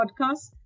podcast